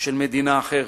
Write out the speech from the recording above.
של מדינה אחרת,